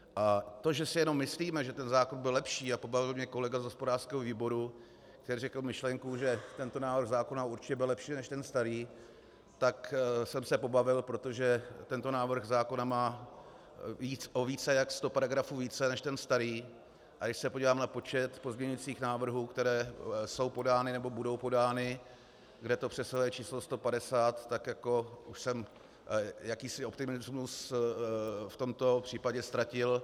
A to, že si jenom myslíme, že ten zákon bude lepší a pobavil mě kolega z hospodářského výboru, který řekl myšlenku, že tento návrh zákona bude určitě lepší než ten starý, tak jsem se pobavil, protože tento návrh zákona má o sto paragrafů více než ten starý, a když se podívám na počet pozměňovacích návrhů, které jsou podány nebo budou podány, kde to přesahuje číslo 150, tak jako už jsem jakýsi optimismus v tomto případě ztratil.